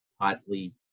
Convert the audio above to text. hotly